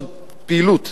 לעשות פעילות.